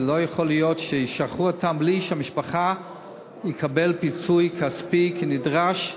לא יכול להיות שישחררו אותם בלי שהמשפחה תקבל פיצוי כספי כנדרש,